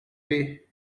bay